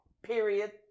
Period